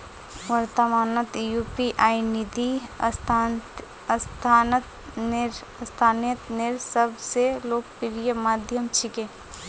वर्त्तमानत यू.पी.आई निधि स्थानांतनेर सब स लोकप्रिय माध्यम छिके